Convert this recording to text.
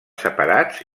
separats